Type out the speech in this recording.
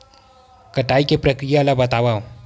कटाई के प्रक्रिया ला बतावव?